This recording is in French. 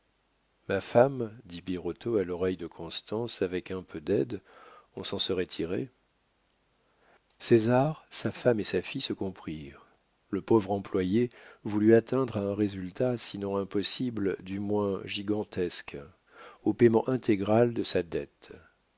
ma femme dit birotteau à l'oreille de constance avec un peu d'aide on s'en serait tiré césar sa femme et sa fille se comprirent le pauvre employé voulut atteindre à un résultat sinon impossible du moins gigantesque au payement intégral de sa dette